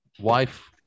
Wife